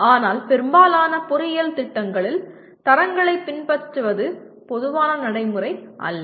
ஆனால் பெரும்பாலான பொறியியல் திட்டங்களில் தரங்களைப் பின்பற்றுவது பொதுவான நடைமுறை அல்ல